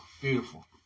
beautiful